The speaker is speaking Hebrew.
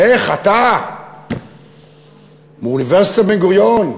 ואיך אתה מאוניברסיטת בן-גוריון,